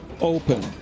open